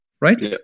right